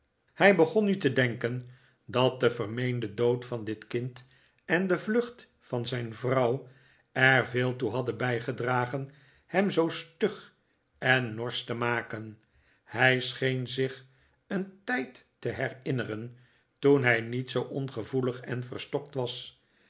hij begon nu te denken dat de vermeende dood van dit kind en de vlucht van zijn vrouw er veel toe hadden bijgedragen hem zoo stug en norsch te maken hij scheen zich een tijd te herinneren toen hij niet zoo ongevoelig en verstokt was